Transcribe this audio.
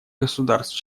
государств